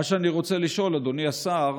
מה שאני רוצה לשאול, אדוני השר,